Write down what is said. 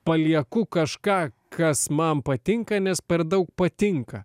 palieku kažką kas man patinka nes per daug patinka